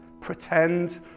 pretend